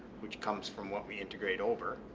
which comes from what we integrate over.